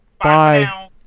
Bye